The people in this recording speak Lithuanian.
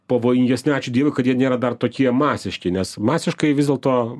pavojingesni ačiū dievui kad jie nėra dar tokie masiški nes masiškai vis dėlto